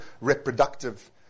reproductive